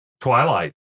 Twilight